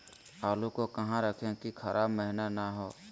आलू को कहां रखे की खराब महिना हो?